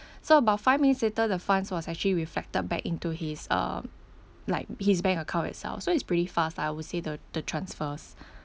so about five minutes later the funds was actually reflected back into his uh like his bank account itself so it's pretty fast lah I would say the the transfers